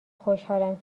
خوشحالم